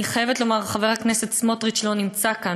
אני חייבת לומר, חבר הכנסת סמוטריץ לא נמצא כאן.